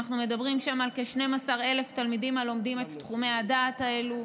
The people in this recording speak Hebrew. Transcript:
אנחנו מדברים שם על כ-12,000 תלמידים הלומדים את תחומי הדעת האלה.